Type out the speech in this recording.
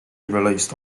released